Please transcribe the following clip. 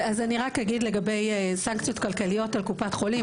אז אני רק אגיד לגבי סנקציות כלכליות על קופת חולים,